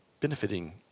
benefiting